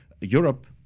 Europe